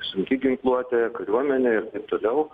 sunki ginkluotė kariuomenė ir taip toliau